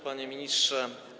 Panie Ministrze!